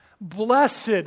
Blessed